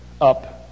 up